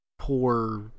Poor